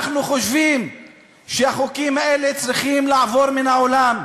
אנחנו חושבים שהחוקים האלה צריכים לעבור מהעולם.